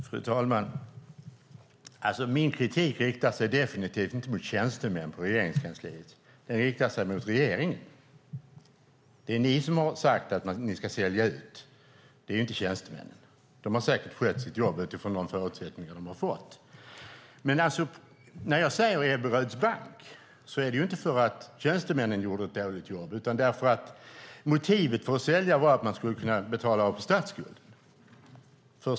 Fru talman! Min kritik riktar sig definitivt inte mot tjänstemännen på Regeringskansliet. Den riktar sig mot regeringen. Det är ni som har sagt att ni ska sälja ut. Det är inte tjänstemännen. De har säkert skött sitt jobb utifrån de förutsättningar de har fått. När jag säger Ebberöds bank är det inte för att tjänstemännen gjorde ett dåligt jobb utan därför att motivet för att sälja var att man skulle kunna betala av på statsskulden.